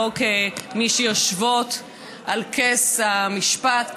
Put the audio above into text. לא כמי שיושבות על כס המשפט כדיינות,